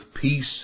peace